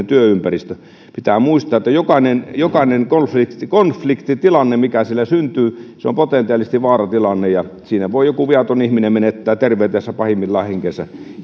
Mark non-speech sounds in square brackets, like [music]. [unintelligible] työympäristö pitää muistaa että jokainen jokainen konfliktitilanne konfliktitilanne mikä siellä syntyy on potentiaalisesti vaaratilanne ja siinä voi joku viaton ihminen menettää terveytensä ja pahimmillaan henkensä